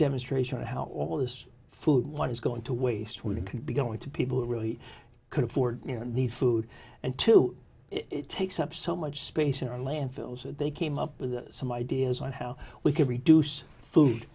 demonstration of how all this food one is going to waste when it could be going to people who really could afford you know the food and to it takes up so much space in our landfills that they came up with some ideas on how we can reduce food